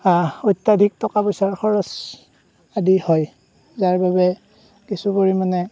অত্যাধিক টকা পইচাৰ খৰচ আদি হয় যাৰ বাবে কিছু পৰিমাণে